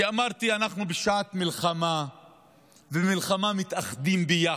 כי אמרתי, אנחנו בשעת מלחמה ובמלחמה מתאחדים ביחד,